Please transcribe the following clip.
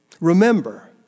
Remember